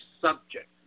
subject